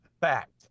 Fact